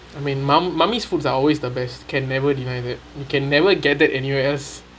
I mean mum mummies foods are always the best can never deny that you can never get that anywhere else